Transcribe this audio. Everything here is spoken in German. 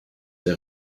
der